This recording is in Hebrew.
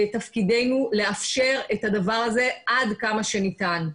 תפקידנו לאפשר את הדבר הזה עד כמה שניתן.